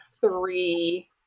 three